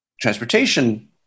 transportation